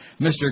Mr